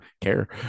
care